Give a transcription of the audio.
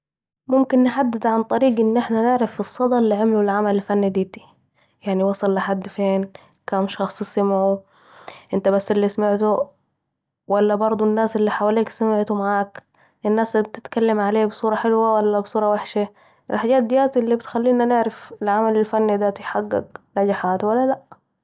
ممكن نحدد عن طريق أن إحنا نعرف الصدي الي عملوا العمل الفني داتي يعني وصل لحد فين ؟ كام شخص سمعوا؟ أنت بس الي سمعتوا ولا بردوا الناس الي حوليك سمعتوا معاك؟ الناس بتتكلم عليه بصورة حلوه ولا بصورة وحشه ، الحجات دي الي بتخلينا نعرف ، الحجات دياتي الي بتخلينا نعرف العمل الفني ديتي حقق نجحات ولا لأ